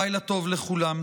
לילה טוב לכולם.